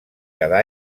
cada